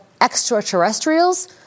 extraterrestrials